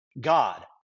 God